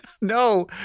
No